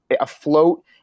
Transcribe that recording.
afloat